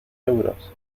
euros